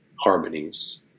harmonies